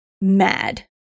mad